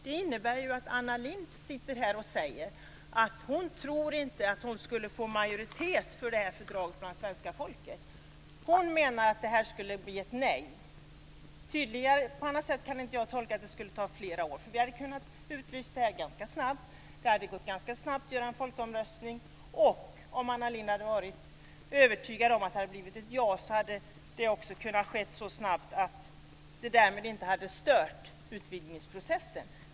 Det innebär ju att Anna Lindh inte tror att hon skulle få majoritet för det här fördraget hos svenska folket. Hon menar att det skulle bli ett nej. På annat sätt kan jag inte tolka uttalandet om en försening med flera år. Vi hade kunnat utlysa och genomföra en folkomröstning ganska snabbt, och om Anna Lindh hade varit övertygad om att det skulle ha bli ett ja, skulle den ha kunnat genomföras så snabbt att utvidgningsprocessen inte hade störts.